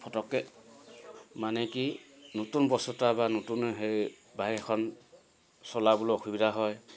ফটককৈ মানে কি নতুন বস্তু এটা বা নতুন হেৰি বাইক এখন চলাবলৈ অসুবিধা হয়